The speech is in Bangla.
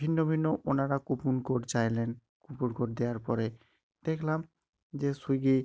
ভিন্ন ভিন্ন ওনারা কুপন কোড চাইলেন কুপন কোড দেওয়ার পরে দেখলাম যে সুইগি